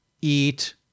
eat